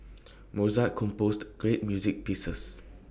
Mozart composed great music pieces